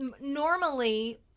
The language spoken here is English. normally